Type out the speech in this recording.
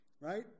right